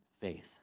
faith